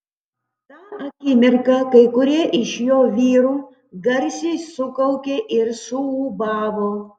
tą akimirką kai kurie iš jo vyrų garsiai sukaukė ir suūbavo